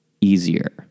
easier